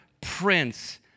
Prince